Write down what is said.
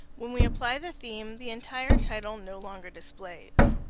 when we apply the theme, the entire title no longer displays.